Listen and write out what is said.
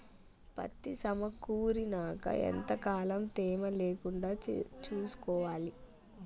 పత్తి సమకూరినాక ఎంత కాలం తేమ లేకుండా చూసుకోవాలి?